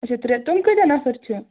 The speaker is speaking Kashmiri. اچھا ترٛےٚ تِم کۭتیاہ نفر چھِ